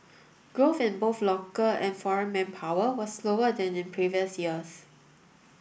growth in both local and foreign manpower was slower than in previous years